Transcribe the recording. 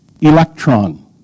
electron